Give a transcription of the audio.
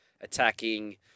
attacking